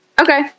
Okay